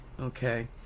Okay